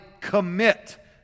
commit